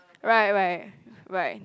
right right right